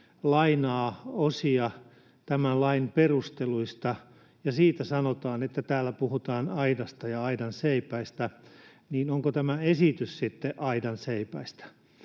lainaa osia tämän lain perusteluista, ja siitä sanotaan, että täällä puhutaan aidasta ja aidanseipäistä, niin onko tämä esitys sitten aidanseipäistä